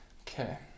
Okay